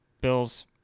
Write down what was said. Bills